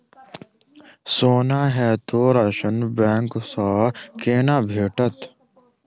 सोनाक हेतु ऋण बैंक सँ केना भेटत?